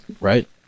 right